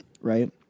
Right